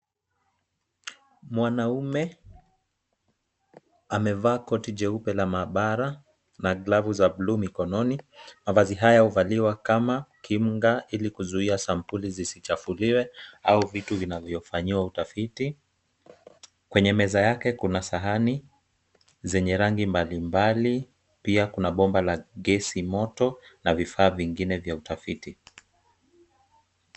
Mwanaume amevaa koti jeupe la maabara na glavu za buluu mikononi. Mavazi haya huvaliwa kama kinga ili kuzuia sampuli zisichafuliwe au vitu vinavyofanyiwa utafiti. Kwenye meza yake kuna sahani zenye rangi mbalimbali pia kuna bomba la gesi moto na vifaa vingine utafiti.